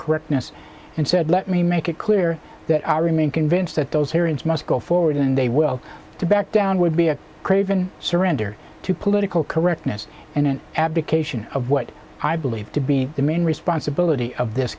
correctness and said let me make it clear that i remain convinced that those hearings must go forward and they will to back down would be a craven surrender to political correctness and an abdication of what i believe to be the main responsibility of this